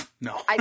No